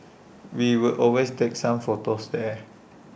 we would always take some photos there